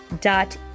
dot